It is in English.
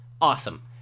awesome